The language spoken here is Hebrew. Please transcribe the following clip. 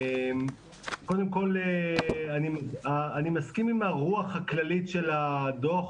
קודם כל אני מסכים עם הרוח הכללית של הדוח